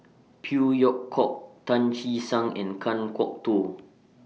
Phey Yew Kok Tan Che Sang and Kan Kwok Toh